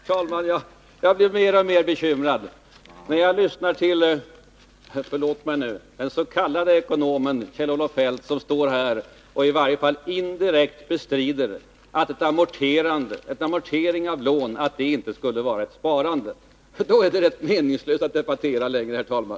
Herr talman! Jag blir mer och mer bekymrad när jag lyssnar till — förlåt mig nu! — den s.k. ekonomen Kjell-Olof Feldt, som står här och i varje fall indirekt bestrider att amortering av lån skulle vara sparande. Då är det rätt meningslöst att debattera längre, herr talman!